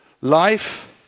life